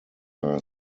are